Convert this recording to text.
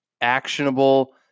actionable